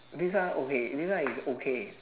this one okay this one is okay